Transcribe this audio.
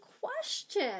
question